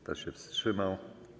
Kto się wstrzymał?